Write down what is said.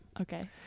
Okay